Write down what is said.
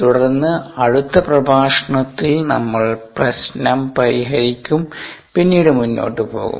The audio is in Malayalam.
തുടർന്ന് അടുത്ത പ്രഭാഷണത്തിൽ നമ്മൾ പ്രശ്നം പരിഹരിക്കും പിന്നീട് മുന്നോട്ട് പോകും